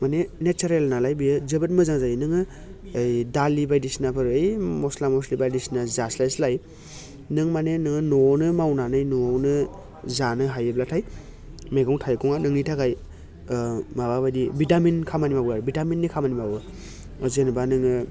माने नेचारेल नालाय बेयो जोबोद मोजां जायो नोङो ओइ दालि बायदिसिनाफोर ओइ मस्ला मस्लि बायदिसिना जास्लायस्लाय नों माने न'आवनो मावनानै न'आवनो जानो हायोब्लाथाय मैगं थाइगङा नोंनि थाखाय माबा बायदि भिटामिन खामानि मावो आरो भिटामिननि खामानि मावो जेनेबा नोङो